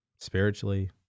spiritually